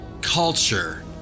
culture